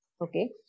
Okay